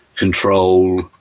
control